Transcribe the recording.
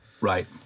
right